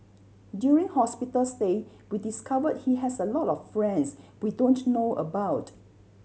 during hospital stay we discovered he has a lot of friends we don't know about